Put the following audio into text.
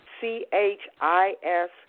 C-H-I-S